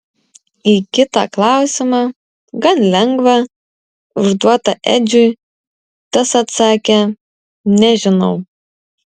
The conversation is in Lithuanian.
į kitą klausimą gan lengvą užduotą edžiui tas atsakė nežinau